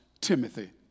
Timothy